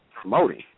promoting